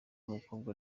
mukobwa